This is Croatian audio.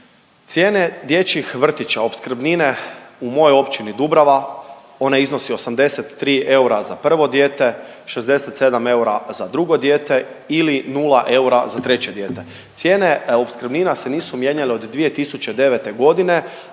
Cijene dječjih vrtića opskrbnine u mojoj općini Dubrava ona iznosi 83 eura za prvo dijete, 67 eura za drugo dijete ili 0 eura za treće dijete. Cijene opskrbnina se nisu mijenjale od 2009. godine,